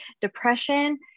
depression